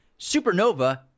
Supernova